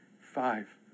five